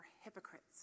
hypocrites